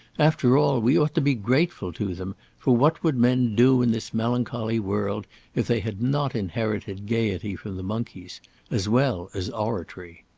after all, we ought to be grateful to them, for what would men do in this melancholy world if they had not inherited gaiety from the monkeys as well as oratory.